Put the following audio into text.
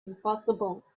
impossible